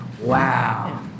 Wow